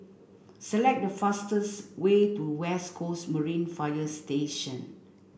select the fastest way to West Coast Marine Fire Station